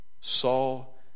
Saul